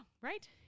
right